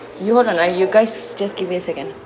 you hold on ah you guys just give me a second